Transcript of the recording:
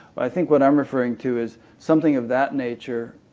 i think what i'm referring to is something of that nature,